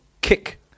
kick